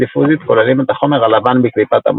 דיפוזית כוללים את החומר הלבן בקליפת המוח,